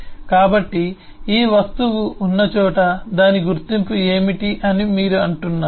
కాబట్టి ఈ వస్తువు ఉన్నచోట దాని గుర్తింపు ఏమిటి అని మీరు అంటున్నారు